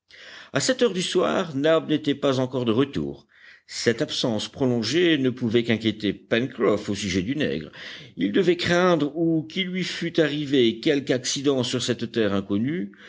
à sept heures du soir nab n'était pas encore de retour cette absence prolongée ne pouvait qu'inquiéter pencroff au sujet du nègre il devait craindre ou qu'il lui fût arrivé quelque accident sur cette terre inconnue